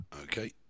Okay